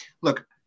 Look